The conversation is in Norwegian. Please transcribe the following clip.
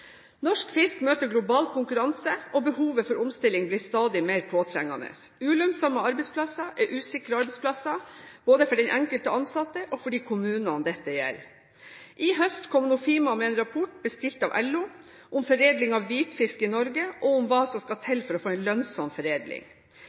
Norsk fisk møter global konkurranse. Behovet for omstilling blir stadig mer påtrengende. Ulønnsomme arbeidsplasser er usikre arbeidsplasser både for den enkelte ansatte og for de kommunene dette gjelder. I høst kom Nofima med en rapport, bestilt av LO, om foredling av hvitfisk i Norge og hva som skal til